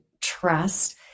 trust